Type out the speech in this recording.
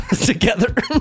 together